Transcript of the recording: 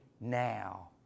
Now